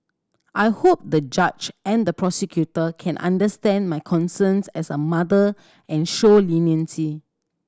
I hope the judge and the prosecutor can understand my concerns as a mother and show leniency